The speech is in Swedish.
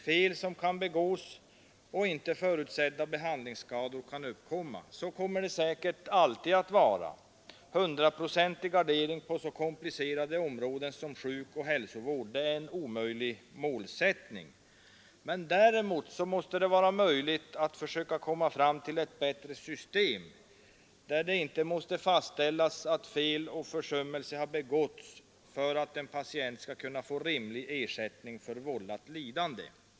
Fel kan begås och inte förutsedda behandlingsskador kan uppkomma. Så kommer det säkert alltid att vara. 100-procentig gardering på så komplicerade områden som sjukoch hälsovården är en omöjlig målsättning. Däremot måste det vara möjligt att komma fram till ett bättre system, där det inte måste fastställas att fel eller försummelse har begåtts för att en patient skall kunna få rimlig ersättning för lidande som vållats honom.